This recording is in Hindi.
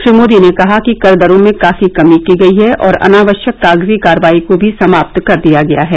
श्री मोदी ने कहा कि कर दरों में काफी कमी की गई है और अनावश्यक कागजी कार्रवाई को भी समाप्त कर दिया गया है